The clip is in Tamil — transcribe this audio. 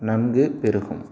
நன்கு பெருகும்